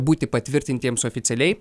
būti patvirtintiems oficialiai